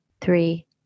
three